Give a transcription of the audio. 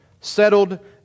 settled